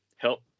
help